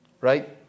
right